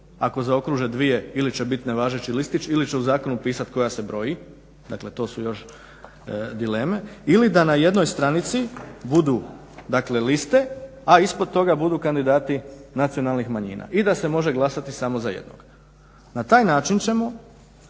ako zaokruže dvije ili će bit nevažeći listić ili će u zakonu pisat koja se broji, dakle to su još dileme, ili da na jednoj stranici budu dakle liste, a ispod toga budu kandidati nacionalnih manjina i da se može glasati samo za jednog. Na taj način ćemo